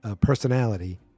personality